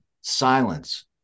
Silence